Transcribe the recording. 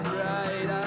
right